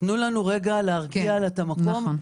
תנו לנו רגע להרגיע את המקום.